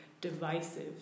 divisive